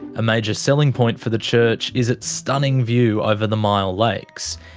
a major selling point for the church is its stunning view over the myall lakes.